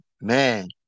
Man